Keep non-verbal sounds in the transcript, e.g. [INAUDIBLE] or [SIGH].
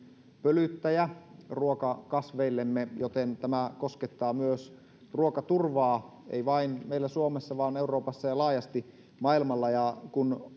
pölyttäjä ruokakasveillemme joten tämä koskettaa myös ruokaturvaa ei vain meillä suomessa vaan euroopassa ja laajasti maailmalla kun [UNINTELLIGIBLE]